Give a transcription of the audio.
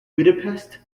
budapest